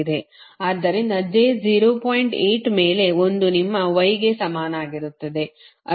ಆದ್ದರಿಂದ j 0